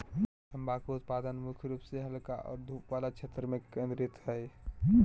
तम्बाकू उत्पादन मुख्य रूप से हल्का और धूप वला क्षेत्र में केंद्रित हइ